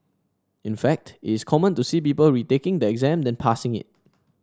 in fact is common to see people retaking the exam than passing it